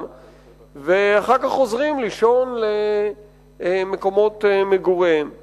ואחר כך חוזרים למקומות מגוריהם לישון.